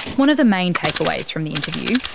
one of the main takeaways from the interview,